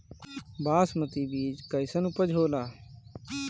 बासमती बीज कईसन उपज होला?